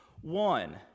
one